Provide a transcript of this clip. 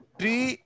Three